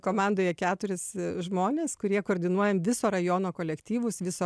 komandoje keturis žmones kurie koordinuoja viso rajono kolektyvus viso